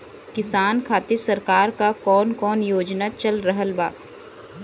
किसान खातिर सरकार क कवन कवन योजना चल रहल बा?